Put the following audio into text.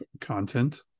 content